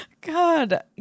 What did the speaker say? God